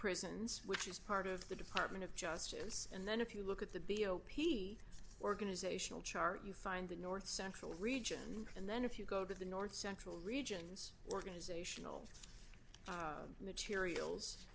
prisons which is part of the department of justice and then if you look at the b o p s organizational chart you find the north central region and then if you go to the north central regions organizational materials